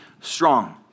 strong